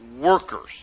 workers